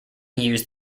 used